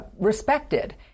respected